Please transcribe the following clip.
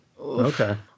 Okay